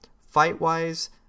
Fight-wise